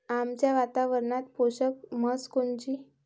आमच्या वातावरनात पोषक म्हस कोनची?